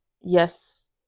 yes